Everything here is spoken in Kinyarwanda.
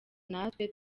natwe